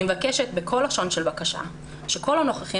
אני מבקשת בכל לשון של בקשה שכל הנוכחים